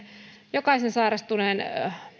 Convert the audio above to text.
jokaisen sairastuneen